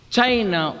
China